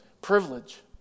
privilege